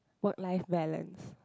work life balance